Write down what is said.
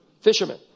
fishermen